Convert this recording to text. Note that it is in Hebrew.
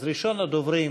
אז ראשון הדוברים